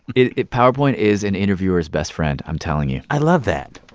it it powerpoint is an interviewer's best friend. i'm telling you i love that.